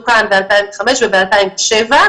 הילדים שלהם מקבלים רישיונות לישיבת ארעי ורישיונות לישיבת קבע.